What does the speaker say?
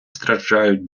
страждають